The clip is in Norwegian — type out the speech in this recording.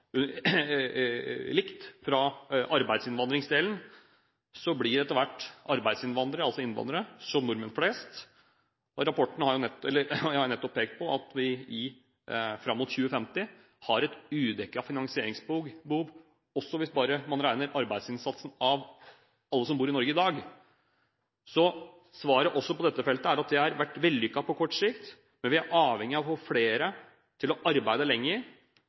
likt – etter hvert blir som nordmenn flest. Jeg har nettopp pekt på at vi fram mot 2050 har et udekket finansieringsbehov også hvis man bare regner med arbeidsinnsatsen til alle som bor i Norge i dag. Så svaret også på dette feltet er at det har vært vellykket på kort sikt, men vi er avhengig av å få flere til å arbeide lenger